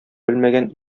белмәгән